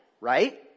right